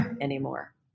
anymore